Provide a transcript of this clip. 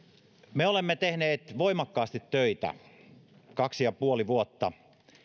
me olemme tehneet voimakkaasti töitä kaksi ja puoli vuotta